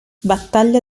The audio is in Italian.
battaglia